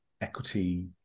equity